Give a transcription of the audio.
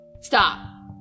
Stop